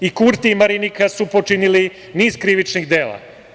I Kurti i Marinika su počinili niz krivičnih dela.